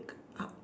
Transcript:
uh